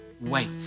wait